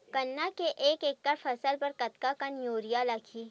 गन्ना के एक एकड़ फसल बर कतका कन यूरिया लगही?